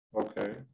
Okay